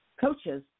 coaches